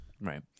Right